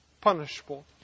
Punishable